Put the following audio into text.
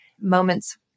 moments